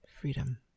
freedom